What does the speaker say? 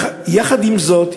יחד עם זאת,